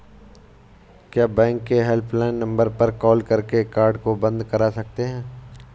क्या बैंक के helpline number पर कॉल करके कार्ड को बंद करा सकते हैं?